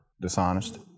dishonest